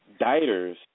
dieters